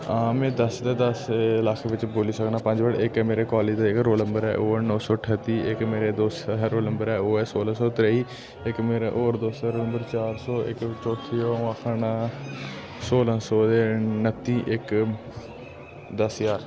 में दस ते दस लक्ख दे बिच्च बोल्ली सकना पंज नंबर इक ते मेरे कालेज दा रोल नंबर ऐ नौ सौ ठत्ती इक मेरे दोस्त दा रोल नंबर ऐ ओह् ऐ सोलां सौ त्रेई इक मेरे होर दोस्तै दा रोल नंबर चार सौ इक चौथी अऊं आक्खै ना सोलां सौ ते नत्ती इक दस ज्हार